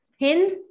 Hind